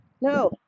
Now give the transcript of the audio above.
No